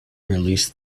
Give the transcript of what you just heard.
release